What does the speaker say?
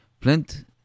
plant